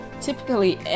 typically